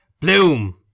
Bloom